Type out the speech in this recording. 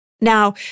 Now